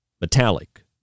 metallic